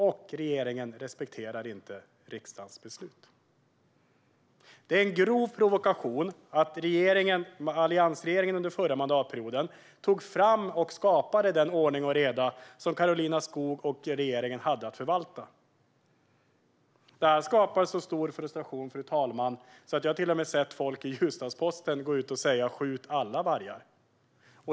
Och regeringen respekterar inte riksdagens beslut. Det är en grov provokation, eftersom alliansregeringen under förra mandatperioden tog fram och skapade den ordning och reda som Karolina Skog och regeringen hade att förvalta. Det här skapar så stark frustration, fru talman, att jag till och med har sett folk i Ljusdals-Posten säga: Skjut alla vargar!